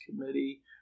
committee